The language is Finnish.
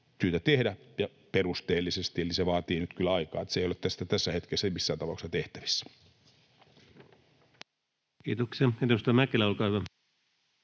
syytä tehdä ja perusteellisesti. Eli se vaatii nyt kyllä aikaa, niin että se ei ole tässä hetkessä missään tapauksessa tehtävissä. Kiitoksia. — Edustaja Mäkelä, olkaa hyvä.